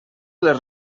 les